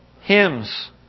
hymns